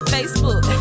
Facebook